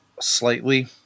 slightly